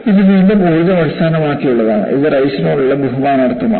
ഇത് വീണ്ടും ഊർജ്ജം അടിസ്ഥാനമാക്കിയുള്ളതാണ് ഇത് റൈസ്നോടുള്ള ബഹുമാനാർത്ഥമാണ്